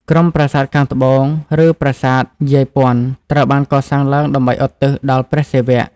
ក្រុមប្រាសាទខាងត្បូង ឬប្រាសាទយាយព័ន្ធ ត្រូវបានកសាងឡើងដើម្បីឧទ្ទិសដល់ព្រះសិវៈ។